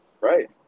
right